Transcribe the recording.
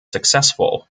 successful